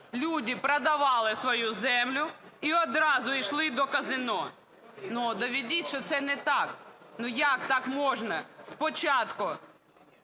люди продавали свою землю і одразу йшли до казино. Ну, доведіть, що це не так. Ну, як так можна, спочатку